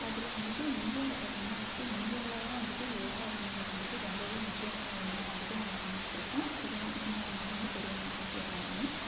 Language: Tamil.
அதில் வந்துவிட்டு இந்தியாவில் பார்த்திங்னா வந்துவிட்டு இந்தியாவில்தான் வந்துவிட்டு யோகா அப்படின்றது வந்துவிட்டு ரொம்பவே முக்கியமான ஒன்னாக வந்துவிட்டு நம்ம பண்ணிகிட்டுருக்கோம் சிறுவ சின்னவங்கலருந்து பெரியவங்க வரைக்கும் எல்லாருமே